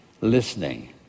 listening